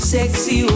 Sexy